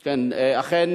נתקבל.